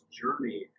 journey